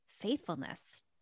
faithfulness